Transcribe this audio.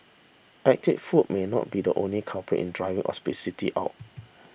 ethnic food may not be the only culprit in driving obesity up